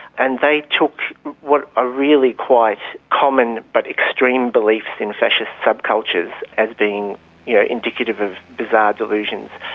and they took what are really quite common but extreme beliefs in fascist subcultures as being yeah indicative of bizarre delusions.